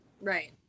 Right